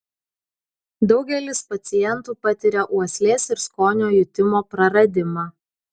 daugelis pacientų patiria uoslės ir skonio jutimo praradimą